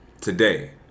today